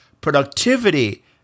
productivity